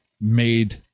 made